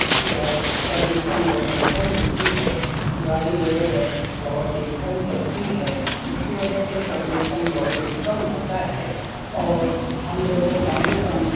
ادھر پردوشن بہت ہی کم ہوتی ہے گاڑی وغیرہ بہت ہی کم چلتی ہے جس کی وجہ سے پردوشن بہت ہی کم ہوتا ہے اور ہم لوگوں کا موسم